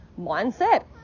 mindset